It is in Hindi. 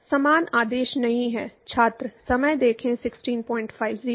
तो डेल्टा P बाय rho दायीं ओर